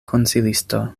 konsilisto